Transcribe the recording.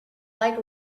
like